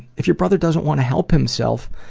if your brother doesn't want to help himself,